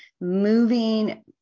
moving